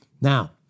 Now